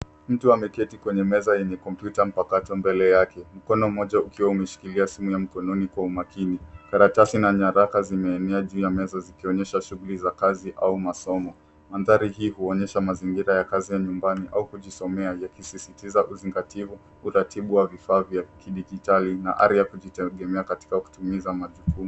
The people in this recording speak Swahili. Mtu ameketi kwenye meza yenye kompyuta mpakato mbele yake mkono mmoja ukiwa umeshikilia simu ya mkononi kwa umakini. Karatasi na nyaraka zimeenea juu ya meza zikionyesha shughuli za kazi au masomo. Mandhari hii huonyesha mazingira ya kazi ya nyumbani au kujisomea yakisisitiza uzingativu, uratibu wa vifaa vya kidijitali na ari ya kujitegemea katika kutimiza majukumu.